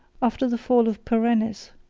after the fall of perennis,